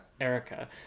erica